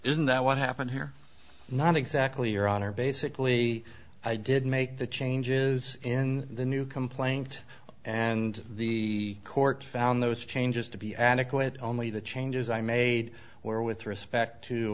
isn't that what happened here not exactly your honor basically i did make the changes in the new complaint and the court found those changes to be adequate only the changes i made or with respect to